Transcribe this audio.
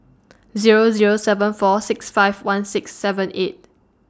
Zero Zero seven four six five one six seven eight